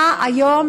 היום